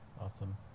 Awesome